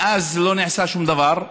מאז לא נעשה שום דבר,